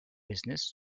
business